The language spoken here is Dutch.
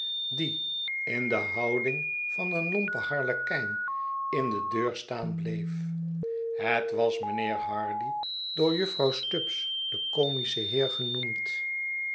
die in de houding van een lompen harlekijn in de deur staan bleef het was mijnheer hardy door jufvrouwstubbs den comischen heer genoemd